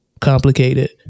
complicated